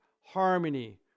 harmony